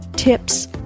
tips